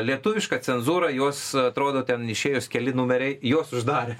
lietuviška cenzūra juos atrodo ten išėjus keli numeriai juos uždarė